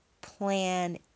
plan